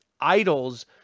idols